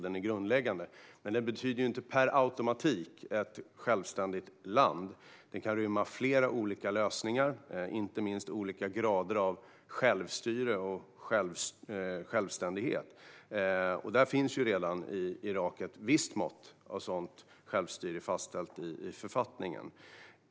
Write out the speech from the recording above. Men den betyder inte per automatik ett självständigt land. Den kan rymma flera olika lösningar, inte minst olika grader av självstyre och självständighet. Där finns redan i Irak ett visst mått av sådant självstyre fastställt i författningen.